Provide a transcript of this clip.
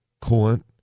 coolant